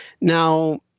Now